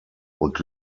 und